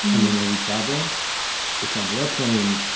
and then when we travel it's on the airplane.